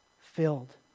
filled